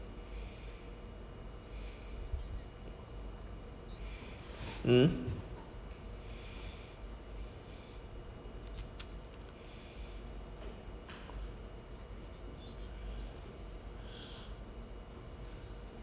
mm